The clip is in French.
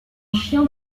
chien